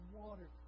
water